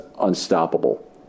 unstoppable